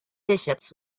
bishops